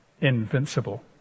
invincible